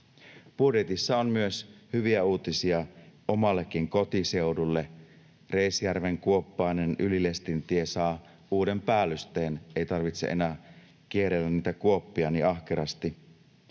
Budjetissa on myös hyviä uutisia omallekin kotiseudulleni: Reisjärven kuoppainen Ylilestintie saa uuden päällysteen, ei tarvitse enää kierrellä niitä kuoppia niin ahkerasti.